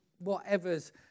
whatever's